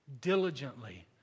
diligently